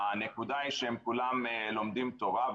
הנקודה היא שהם כולם לומדים תורה,